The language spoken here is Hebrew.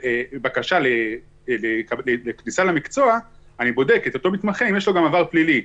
בקשה לכניסה למקצוע אני בודק אם לאותו מתמחה יש גם עבר פלילי.